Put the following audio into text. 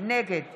נגד